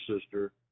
sister